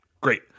great